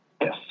Yes